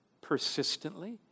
persistently